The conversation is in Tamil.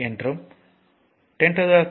ஆனால் 103 என்பது கிலோ என்று பொருள்